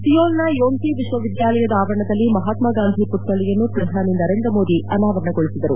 ಸಿಯೋಲ್ನ ಯೋನ್ಸೀ ವಿಶ್ವವಿದ್ಯಾಲಯದ ಆವರಣದಲ್ಲಿ ಮಹಾತ್ಮಗಾಂಧಿ ಪುತ್ತಳಿಯನ್ನು ಪ್ರಧಾನಿ ನರೇಂದ್ರ ಮೋದಿ ಅನಾವರಣಗೊಳಿಸಿದರು